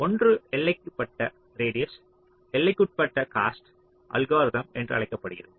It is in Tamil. ஒன்று எல்லைக்குட்பட்ட ரேடியஸ் எல்லைக்குட்பட்ட காஸ்ட் அல்கோரிதம் என்று அழைக்கப்படுகிறது